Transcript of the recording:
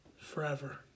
forever